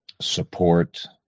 support